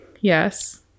yes